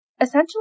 essentially